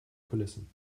kulissen